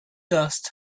dust